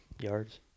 yards